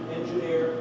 engineer